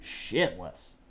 shitless